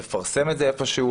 לפרסם את זה איפשהו.